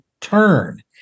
turn